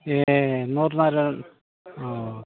ए Narnarayan अ